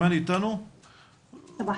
בבקשה.